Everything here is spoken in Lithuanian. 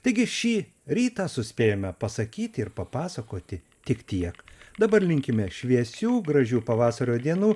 taigi šį rytą suspėjome pasakyti ir papasakoti tik tiek dabar linkime šviesių gražių pavasario dienų